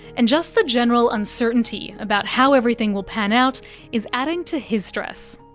and just the general uncertainty about how everything will pan out is adding to his stress.